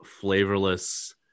flavorless